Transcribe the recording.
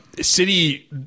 City